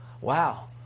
Wow